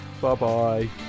bye-bye